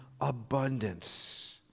abundance